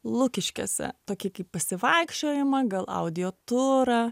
lukiškėse tokį kaip pasivaikščiojimą gal audio turą